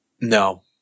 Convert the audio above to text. No